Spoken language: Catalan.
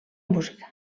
música